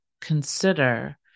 consider